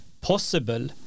possible